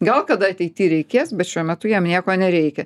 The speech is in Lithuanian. gal kada ateity reikės bet šiuo metu jam nieko nereikia